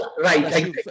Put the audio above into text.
right